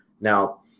Now